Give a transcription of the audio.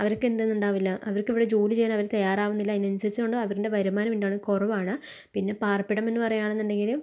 അവർക്ക് എന്താ ഇത് ഉണ്ടാവില്ല അവർക്ക് ഇവിടെ ജോലി ചെയ്യാൻ അവര് തയ്യാറാവുന്നില്ല അതിനനുസരിച്ച് കൊണ്ട് അവരിൻ്റെ വരുമാനം ഉണ്ടാവണത് കുറവാണ് പിന്നെ പാർപ്പിടം എന്ന് പറയുകയാണെന്നുടെങ്കിലും